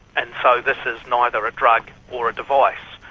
and so this is neither a drug or a device.